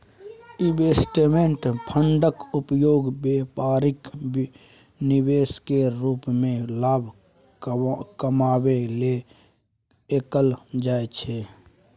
investment फंडक उपयोग बेपारिक निवेश केर रूप मे लाभ कमाबै लेल कएल जाइ छै